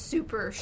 Super